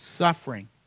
suffering